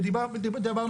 ודיברנו